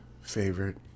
favorite